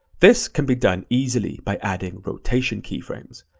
this can be done easily by adding rotation keyframes.